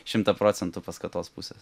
šimto procentų paskatos pusės